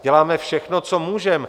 Děláme všechno, co můžeme.